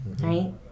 right